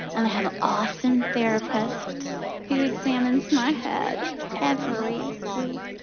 and i have an awesome therapist who examines my head every week.